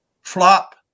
flop